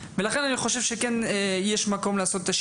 לכן אני חושב שכן יש מקום לעשות את השינוי,